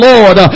Lord